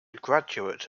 graduate